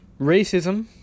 racism